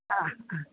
हा हा